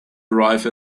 arrive